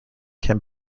can